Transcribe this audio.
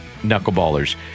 knuckleballers